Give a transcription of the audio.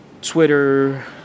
Twitter